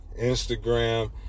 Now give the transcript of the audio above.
Instagram